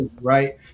right